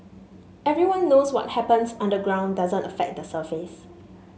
everyone knows what happens underground doesn't affect the surface